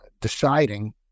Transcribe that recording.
deciding